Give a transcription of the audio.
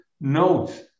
notes